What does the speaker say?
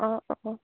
অঁ অঁ